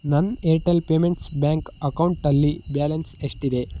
ನನ್ನ Airtel payments bank ಅಕೌಂಟಲ್ಲಿ balance ಎಷ್ಟಿದೆ